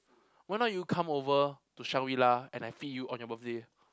why not you come over to Shangri-La and I feed you on your birthday